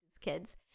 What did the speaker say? Kids